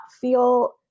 feel